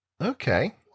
Okay